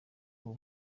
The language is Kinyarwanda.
uwo